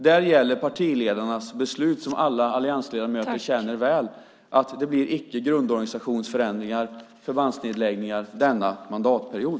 Där gäller partiledarnas beslut som alla alliansledamöter känner väl: Det blir icke några grundorganisationsförändringar eller förbandsnedläggningar denna mandatperiod.